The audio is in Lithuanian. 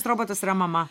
robotas yra mama